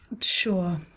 Sure